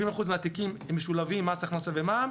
70% מהתיקים משולבים מס הכנסה ומע"מ,